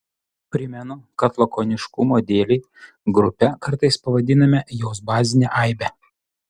primenu kad lakoniškumo dėlei grupe kartais pavadiname jos bazinę aibę